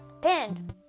pinned